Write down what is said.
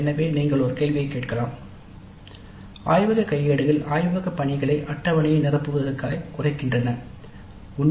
எனவே நீங்கள் ஒரு கேள்வியைக் கேட்கலாம் "ஆய்வக கையேடுகள் ஆய்வகப் பணிகளை அட்டவணையை நிரப்புவதற்கு குறைக்கின்றன"